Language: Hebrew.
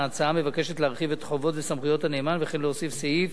ההצעה מבקשת להרחיב את חובות וסמכויות הנאמן וכן להוסיף סעיף